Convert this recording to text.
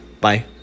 Bye